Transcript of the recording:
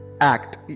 act